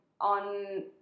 on